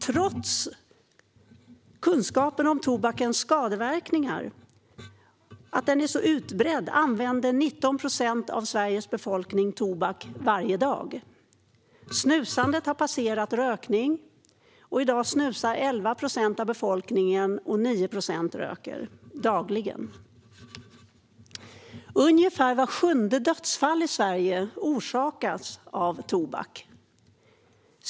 Trots att kunskapen om tobakens skadeverkningar är utbredd använder 19 procent av Sveriges befolkning tobak varje dag. Snusande har passerat rökning, och dagligen snusar 11 procent av befolkningen medan 9 procent röker. Ungefär vart sjunde dödsfall i Sverige orsakas av tobak.